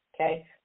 Okay